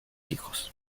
hijos